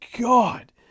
god